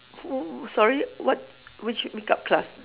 oh sorry what which makeup class